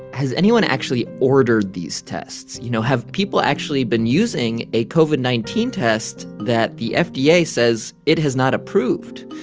has anyone actually ordered these tests, you know? have people actually been using a covid nineteen test that the fda yeah says it has not approved?